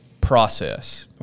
process